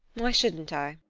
why shouldn't i?